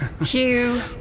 Hugh